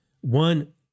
one